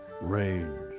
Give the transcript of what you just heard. range